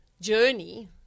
journey